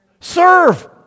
serve